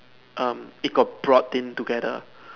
um it got brought in together